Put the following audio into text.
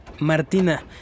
Martina